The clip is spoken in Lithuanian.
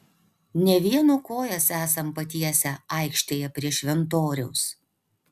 ne vieno kojas esam patiesę aikštėje prie šventoriaus